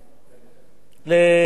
לנציגי אגף שוק ההון,